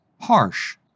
harsh